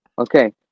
Okay